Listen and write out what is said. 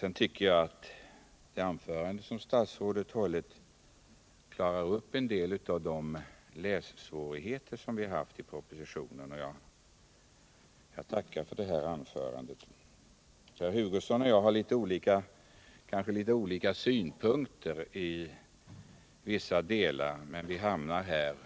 Det anförande som statsrådet hållit tycker jag klarar upp en del av de lässvårigheter som vi har haft beträffande propositionen. Jag tackar för anförandet. Kurt Hugosson och jag anlägger kanske litet olika synpunkter, men vi har